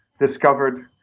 discovered